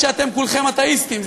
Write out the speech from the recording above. אף שאתם כולכם אתאיסטים.